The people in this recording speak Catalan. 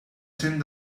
cent